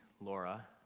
Laura